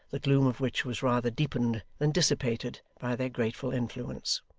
the gloom of which was rather deepened than dissipated by their grateful influence.